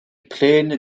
pläne